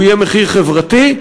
הוא יהיה מחיר חברתי,